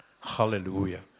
Hallelujah